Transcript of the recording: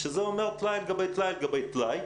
שזה אומר טלאי על גבי טלאי על גבי טלאי.